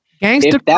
Gangster